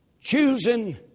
choosing